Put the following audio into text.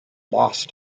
lost